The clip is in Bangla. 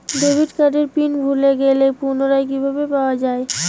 ডেবিট কার্ডের পিন ভুলে গেলে পুনরায় কিভাবে পাওয়া য়ায়?